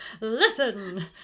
Listen